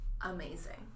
amazing